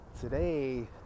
today